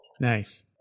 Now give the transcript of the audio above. Nice